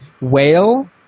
whale